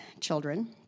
children